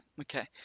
okay